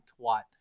twat